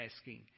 asking